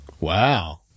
wow